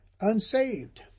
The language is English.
Unsaved